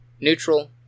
neutral